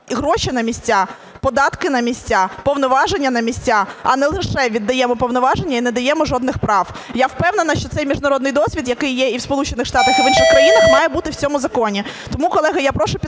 гроші на місця, податки на місця, повноваження на місця, а не лише віддаємо повноваження і не даємо жодних прав. Я впевнена, що цей міжнародний досвід, який є і в США і в інших країнах, має бути в цьому законі. Тому, колеги, я прошу підтримати